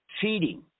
cheating